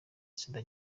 sida